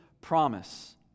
promise